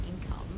income